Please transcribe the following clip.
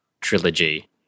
trilogy